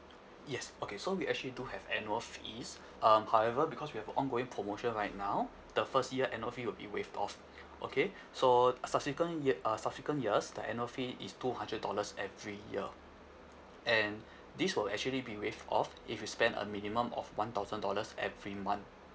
yes okay so we actually do have annual fees um however because we have a ongoing promotion right now the first year annual fee will be waived off okay so uh subsequent year uh subsequent years the annual fee is two hundred dollars every year and this will actually be waived off if you spend a minimum of one thousand dollars every month